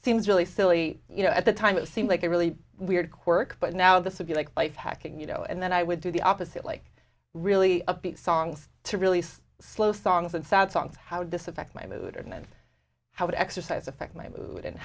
seems really silly you know at the time it seemed like a really weird quirk but now this would be like life hacking you know and then i would do the opposite like really upbeat songs to really slow songs and sad songs how would this affect my mood and how would exercise affect my mood and